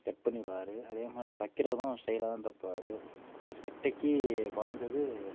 cut பண்ணிடுவார் அதே மாதிரி தைக்கிறதும் ஸ்டைலாக தான் தைப்பாரு ஒரு சட்டைக்கு குறஞ்சது